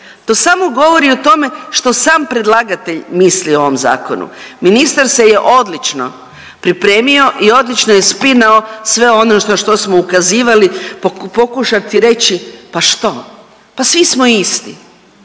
To samo govori o tome što sam predlagatelj misli o ovom zakonu. Ministar se je odlično pripremio i odlično je spinao sve ono na što smo ukazivali, pokušati reći pa šta, pa svi smo isti.